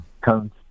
comes